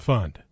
Fund